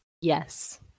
Yes